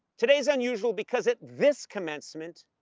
today's unusual because at this commencement,